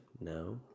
No